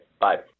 Bye